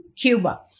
Cuba